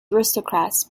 aristocrats